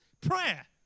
prayer